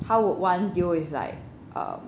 how would one deal with like um